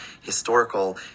historical